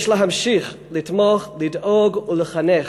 יש להמשיך לתמוך, לדאוג ולחנך